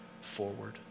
forward